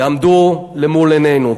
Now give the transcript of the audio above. יעמדו למול עינינו.